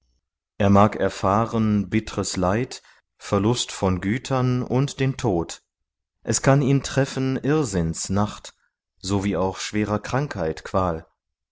er mag erfahren bittres leid verlust von gütern und den tod es kann ihn treffen irrsinns nacht so wie auch schwerer krankheit qual